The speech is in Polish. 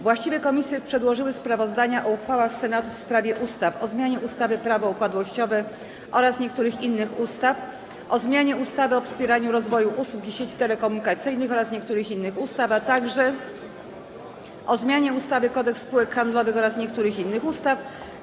Właściwe komisje przedłożyły sprawozdania o uchwałach Senatu w sprawie ustaw: - o zmianie ustawy Prawo upadłościowe oraz niektórych innych ustaw, - o zmianie ustawy o wspieraniu rozwoju usług i sieci telekomunikacyjnych oraz niektórych innych ustaw, - o zmianie ustawy Kodeks spółek handlowych oraz niektórych innych ustaw.